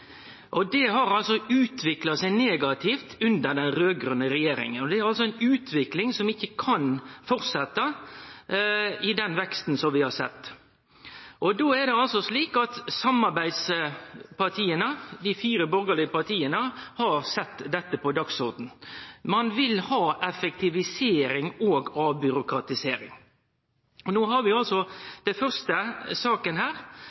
har utvikla seg negativt under den raud-grøne regjeringa. Det er ei utvikling som ikkje kan fortsette med den veksten vi har sett. Då er det slik at samarbeidspartia, dei fire borgarlege partia, har sett dette på dagsordenen. Ein vil ha effektivisering og avbyråkratisering. No vil vi i den første saka, som gjeld Direktoratet for økonomistyring, med dei grepa som blir tatt her,